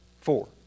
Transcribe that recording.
Four